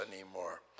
anymore